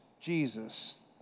Jesus